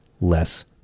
less